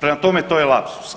prema tome to je lapsus.